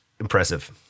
impressive